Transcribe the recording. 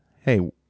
Hey